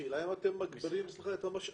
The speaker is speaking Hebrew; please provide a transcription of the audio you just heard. השאלה אם אתם מגבירים את המשאבים